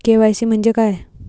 KYC म्हंजे काय?